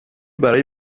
برای